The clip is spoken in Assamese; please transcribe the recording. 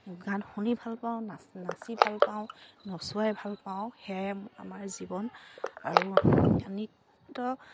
গান শুনি ভাল পাওঁ নাচ নাচি ভাল পাওঁ নচোৱাই ভাল পাওঁ সেয়াই আমাৰ জীৱন আৰু নৃত্য